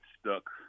stuck